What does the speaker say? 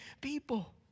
people